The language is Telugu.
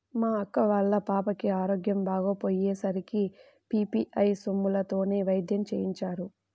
మా అక్క వాళ్ళ పాపకి ఆరోగ్యం బాగోకపొయ్యే సరికి పీ.పీ.ఐ సొమ్ములతోనే వైద్యం చేయించారు